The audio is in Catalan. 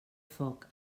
foc